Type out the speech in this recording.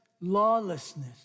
lawlessness